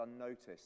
unnoticed